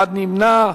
אחד נמנע.